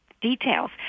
details